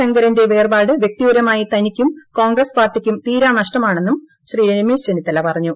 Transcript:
ശങ്കരന്റെ വേർപാട് വ്യക്തിപരമായി തനിക്കും കോൺഗ്രസ് പാർട്ടിക്കും തീരാനഷ്ടമാണെന്നും ചെന്നിത്തല പറഞ്ഞു